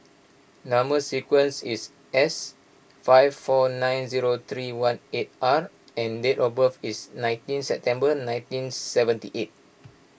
Number Sequence is S five four nine zero three one eight R and date of birth is nineteen September nineteen seventy eight